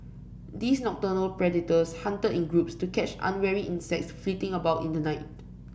these nocturnal predators hunted in groups to catch unwary insects flitting about in the night